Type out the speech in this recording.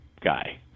guy